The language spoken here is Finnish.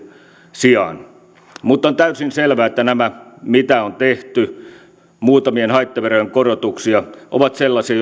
sijaan mutta on täysin selvää että nämä mitä on tehty muutamien haittaverojen korotukset ovat sellaisia